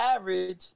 average